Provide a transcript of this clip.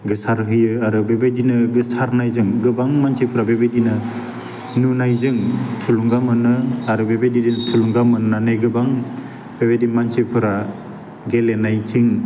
गोसारहोयो आरो बेबायदिनो गोसारनायजों गोबां मानसिफ्रा बेबायदिनो नुनायजों थुलुंगा मोनो आरो बेबायदिनो थुलुंगा मोन्नानै गोबां बेबायदि मानसिफोरा गेलेनायथिं